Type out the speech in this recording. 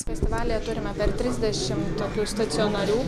festivalyje turime per trisdešim tokių stacionarių